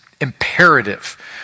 imperative